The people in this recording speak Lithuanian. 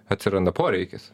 atsiranda poreikis